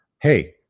hey